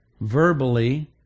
verbally